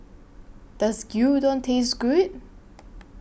Does Gyudon Taste Good